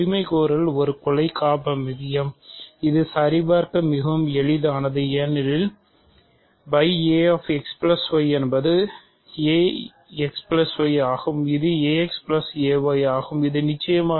உரிமைகோரல் ஒரு குல காப்பமைவியம் இது சரிபார்க்க மிகவும் எளிதானது ஏனெனில் இது எளிதானது ஆகும் இது ax a y ஆகும் இது நிச்சயமாக